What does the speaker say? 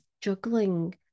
juggling